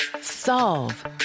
solve